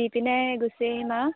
দি পিনে গুচি আহিম আৰু